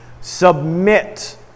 Submit